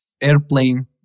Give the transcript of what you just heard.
airplane